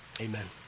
amen